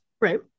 Right